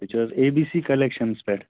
تُہۍ چھُو حظ اے بی سی کَلیکشَنٕز پٮ۪ٹھ